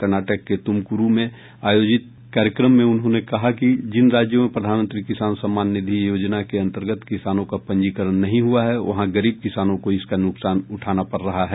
कर्नाटक के तुमकुरू में आयोजित कार्यक्रम में उन्होंने कहा कि जिन राज्यों में प्रधानमंत्री किसान सम्मान निधि योजना के अंतर्गत किसानों का पंजीकरण नहीं हुआ है वहां गरीब किसानों को इसका नुकसान उठाना पड़ रहा है